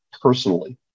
personally